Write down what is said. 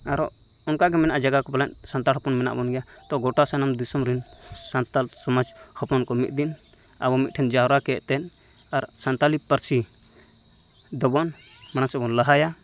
ᱟᱨᱦᱚᱸ ᱚᱱᱠᱟᱜᱮ ᱢᱮᱱᱟᱜᱼᱟ ᱡᱟᱜᱟᱠᱚ ᱯᱟᱞᱮᱱ ᱥᱟᱱᱛᱟᱲ ᱦᱚᱯᱚᱱ ᱢᱮᱱᱟᱜ ᱵᱚᱱ ᱜᱮᱭᱟ ᱜᱚᱴᱟ ᱥᱟᱱᱟᱢ ᱫᱤᱥᱚᱢ ᱨᱮᱱ ᱥᱟᱱᱛᱟᱞ ᱥᱚᱢᱟᱡᱽ ᱦᱚᱯᱚᱱ ᱠᱚ ᱢᱤᱫ ᱫᱤᱱ ᱟᱵᱚ ᱢᱤᱛ ᱴᱷᱮᱱ ᱡᱟᱣᱨᱟ ᱠᱮᱫ ᱛᱮ ᱟᱨ ᱥᱟᱱᱛᱟᱞᱤ ᱯᱟᱹᱨᱥᱤ ᱫᱚᱵᱚᱱ ᱢᱟᱲᱟᱝ ᱥᱮᱫᱵᱚᱱ ᱞᱟᱦᱟᱭᱟ